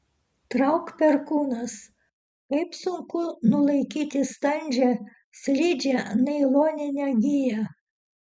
trauk perkūnas kaip sunku nulaikyti standžią slidžią nailoninę giją